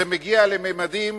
זה מגיע לממדים